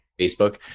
Facebook